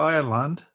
Ireland